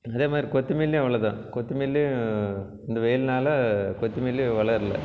அதேமாதிரி கொத்தமில்லியும் அவ்வளோ தான் கொத்தமல்லியும் இந்த வெயில்னால் கொத்தமல்லியும் வளரல